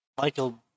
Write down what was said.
Michael